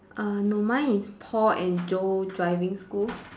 uh no mine is Paul and Joe driving school